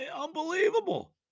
unbelievable